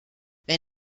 wer